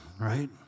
right